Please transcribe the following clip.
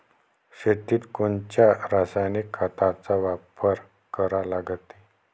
शेतीत कोनच्या रासायनिक खताचा वापर करा लागते?